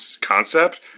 concept